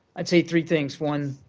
i'd say three things. one,